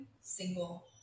single